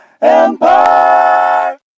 Empire